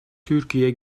türkiye